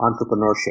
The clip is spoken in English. entrepreneurship